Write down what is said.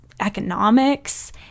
economics